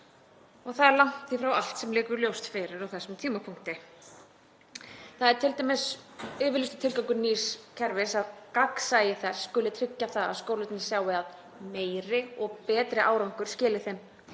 Það er langt í frá allt sem liggur ljóst fyrir á þessum tímapunkti. Það er t.d. yfirlýstur tilgangur með nýju kerfi að gagnsæi þess skuli tryggja að skólarnir sjái að meiri og betri árangur skili þeim